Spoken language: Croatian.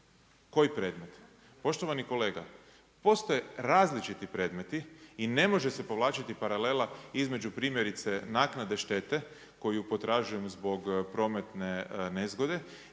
koji predmet? Poštovani kolega, postoje različiti predmeti i ne može se povlačiti paralela između primjerice naknade štete koju potražujem zbog prometne nezgode